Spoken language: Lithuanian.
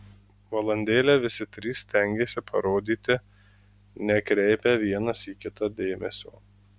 valandėlę visi trys stengėsi parodyti nekreipią vienas į kitą dėmesio